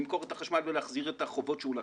למכור את החשמל ולהחזיר את החובות שהוא לקח.